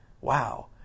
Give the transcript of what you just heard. Wow